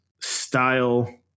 style